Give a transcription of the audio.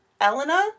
Elena